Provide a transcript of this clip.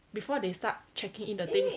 before they start checking in the thing